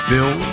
Bill